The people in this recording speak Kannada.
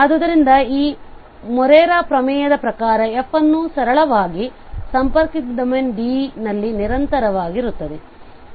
ಆದ್ದರಿಂದ ಈ ಮೊರೆರಾ ಪ್ರಮೇಯದ ಪ್ರಕಾರ f ಅನ್ನು ಸರಳವಾಗಿ ಸಂಪರ್ಕಿತ ಡೊಮೇನ್ Dನಲ್ಲಿ ನಿರಂತರವಾಗಿರುತ್ತದೆ